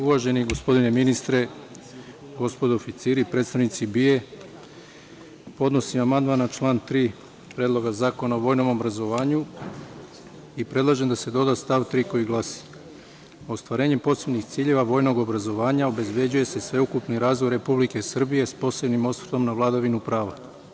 Uvaženi gospodine ministre, gospodo oficiri, predstavnici BIA, podnosim amandman na član 3. Predloga zakona o vojnom obrazovanju i predlažem da se doda stav 3. koji glasi – Ostvarenjem posebnih ciljeva vojnog obrazovanja obezbeđuje se sveukupni razvoj Republike Srbije, s posebnim osvrtom na vladavinu prava.